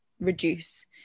reduce